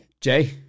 Jay